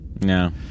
No